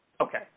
Okay